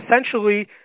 essentially